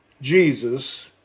Jesus